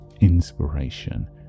inspiration